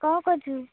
କ'ଣ କରୁଛୁ